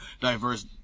diverse